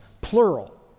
plural